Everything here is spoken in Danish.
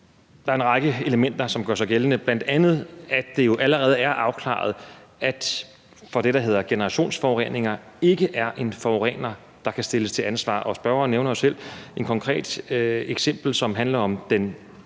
der er en række elementer, der gør sig gældende, bl.a. det, at det jo allerede er afklaret, at der for det, der hedder generationsforureninger, ikke er en forurener, der kan stilles til ansvar. Spørgeren nævner jo selv et konkret eksempel, som handler om det